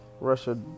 Russia